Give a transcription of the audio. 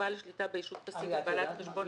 בעל השליטה בישות פסיבית בעלת החשבון,